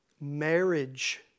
Marriage